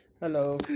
Hello